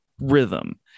rhythm